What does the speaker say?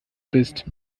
bist